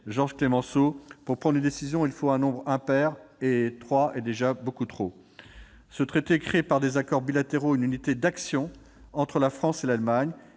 Georges Clemenceau :« Pour prendre une décision, il faut être un nombre impair de personnes, et trois, c'est déjà trop. » Ce traité crée par des accords bilatéraux une unité d'action entre la France et l'Allemagne.